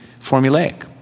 formulaic